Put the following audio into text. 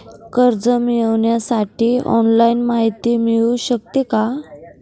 कर्ज मिळविण्यासाठी ऑनलाईन माहिती मिळू शकते का?